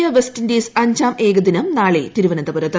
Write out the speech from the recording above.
ഇന്തൃ West Indies അഞ്ചാം ഏകദിനം നാളെ തിരുവന്തപുരത്ത്